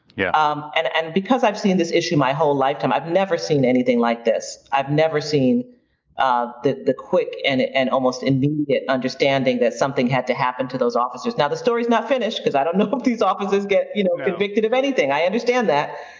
yeah um and and because i've seen this issue my whole lifetime, i've never seen anything like this. i've never seen ah the the quick and and almost immediate understanding that something had to happen to those officers. now, the story's not finished, because i don't know if these offices get you know convicted of anything. i understand that,